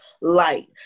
light